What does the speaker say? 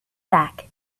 back